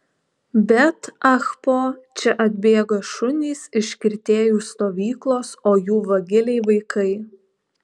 bet ah po čia atbėga šunys iš kirtėjų stovyklos o jų vagiliai vaikai